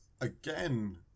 again